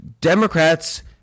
Democrats